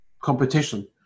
competition